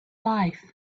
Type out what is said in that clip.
life